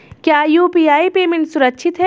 क्या UPI payment सुरक्षित है?